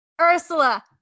Ursula